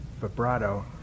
vibrato